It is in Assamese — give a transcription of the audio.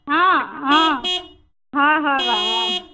অঁ অঁ অঁ হয় হয় বাৰু অঁ